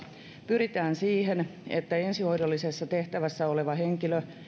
pyritään siihen että ensihoidollisessa tehtävässä oleva henkilö